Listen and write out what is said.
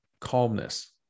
calmness